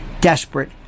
desperate